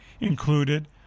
included